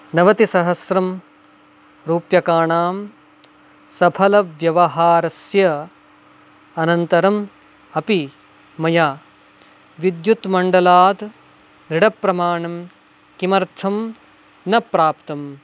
नवतिसहस्रं रूप्यकाणां सफलव्यवहारास्य अनन्तरम् अपि मया विद्युत्मण्डलात् दृढप्रमाणं किमर्थं न प्राप्तम्